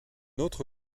autre